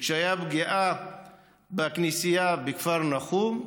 כשהייתה פגיעה בכנסייה בכפר נחום,